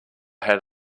had